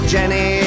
Jenny